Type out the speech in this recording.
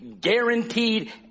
guaranteed